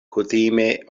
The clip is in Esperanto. kutime